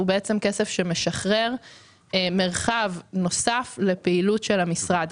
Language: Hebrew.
הם בעצם כסף שמשחרר מרחב נוסף לפעילות של המשרד.